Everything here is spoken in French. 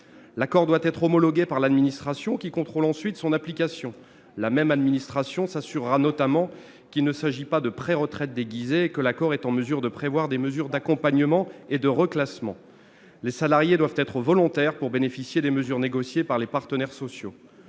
l'accord doit être homologué par l'administration, qui contrôle ensuite son application. Elle s'assurera notamment qu'il ne s'agit pas de préretraites déguisées et que l'accord prévoit des mesures d'accompagnement et de reclassement. En troisième lieu, les salariés doivent être volontaires pour bénéficier des mesures négociées par les partenaires sociaux.